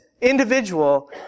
individual